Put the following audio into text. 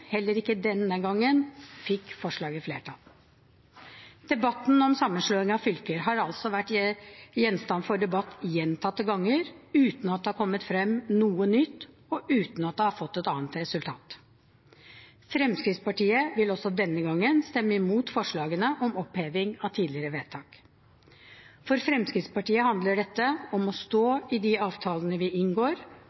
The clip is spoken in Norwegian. Heller ikke denne gangen fikk forslaget flertall. Debatten om sammenslåing av fylker har altså vært gjenstand for debatt gjentatte ganger, uten at det har kommet frem noe nytt, og uten at det har fått et annet resultat. Fremskrittspartiet vil også denne gangen stemme imot forslagene om oppheving av tidligere vedtak. For Fremskrittspartiet handler dette om å stå